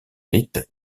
rites